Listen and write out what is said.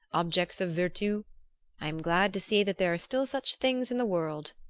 objects of virtu i am glad to see that there are still such things in the world!